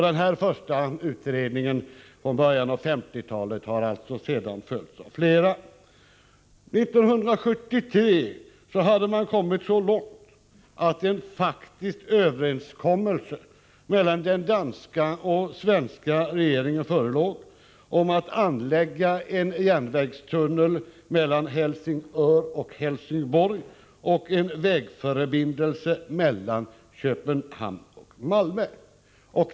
Denna första utredning har sedan följts av flera. År 1973 hade man kommit så långt att det förelåg en faktisk överenskommelse mellan den danska och den svenska regeringen om att anlägga en järnvägstunnel mellan Helsingör och Helsingborg samt en vägförbindelse mellan Köpenhamn och Malmö.